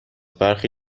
برخی